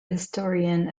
historian